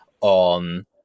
on